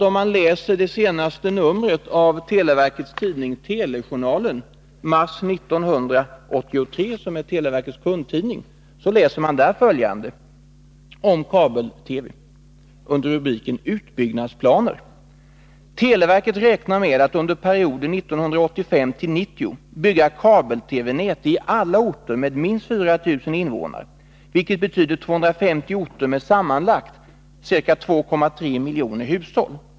Om man läser det senaste numret av televerkets kundtidning, Telejournalen, mars 1983, finner man följande om kabel-TV under rubriken Utbyggnadsplaner: ”Televerket räknar med att under perioden 1985-90 bygga kabel-TV-nät i alla orter med minst 4 000 invånare, vilket betyder 250 orter med sammanlagt ca 2,3 miljoner hushåll.